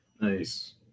Nice